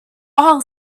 all